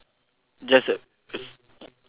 just like s~